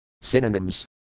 Synonyms